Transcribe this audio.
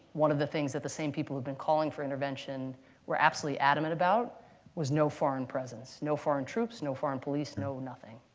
one of the things that the same people had been calling for intervention were absolutely adamant about was no foreign presence, no foreign troops, no foreign police, no nothing.